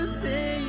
say